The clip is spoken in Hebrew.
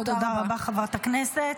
תודה רבה, חברת הכנסת.